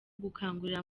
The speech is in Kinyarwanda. gukangurira